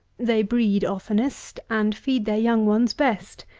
they breed oftenest, and feed their young ones best.